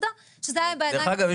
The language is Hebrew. עובדה שזה היה בידיים --- דרך אגב,